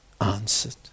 answered